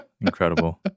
incredible